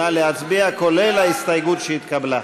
נא להצביע, כולל ההסתייגות שהתקבלה.